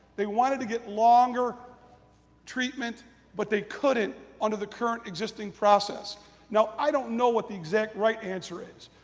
they wanted to get longer treatment but they couldn't under the current existing process. and now, i don't know what the exact right answer is.